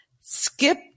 Skip